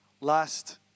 last